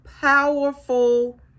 powerful